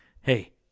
Hey